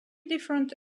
different